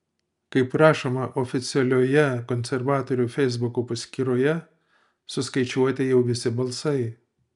kaip rašoma oficialioje konservatorių feisbuko paskyroje suskaičiuoti jau visi balsai